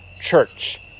church